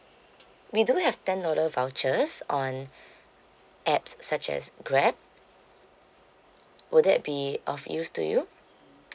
we do have ten dollar vouchers on apps such as grab would that be of use to you